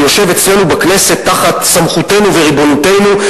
שיושב אצלנו בכנסת תחת סמכותנו וריבונותנו,